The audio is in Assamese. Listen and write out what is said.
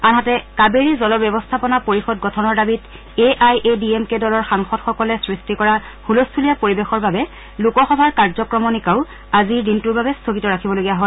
আনহাতে কাবেৰী জল ব্যৱস্থাপনা পৰিষদ গঠনৰ দাবীত A I A D M K দলৰ সাংসদসকলে সৃষ্টি কৰা হুলস্থূলীয়া পৰিৱেশৰ বাবে লোকসভাৰ কাৰ্য্ক্ৰমণিকাও আজি দিনটোৰ বাবে স্থগিত ৰাখিবলগীয়া হয়